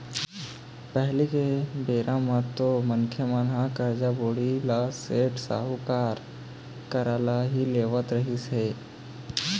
पहिली के बेरा म तो मनखे मन ह करजा, बोड़ी ल सेठ, साहूकार करा ले ही लेवत रिहिस हे